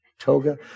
toga